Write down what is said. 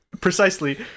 precisely